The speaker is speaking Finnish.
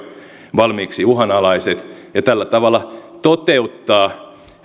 valmiiksi uhanalaiset ja tällä tavalla toteuttaa